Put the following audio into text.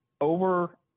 over